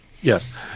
Yes